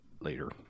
later